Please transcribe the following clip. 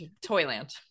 Toyland